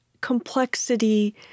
complexity